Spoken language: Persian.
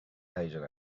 هیجان